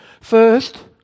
First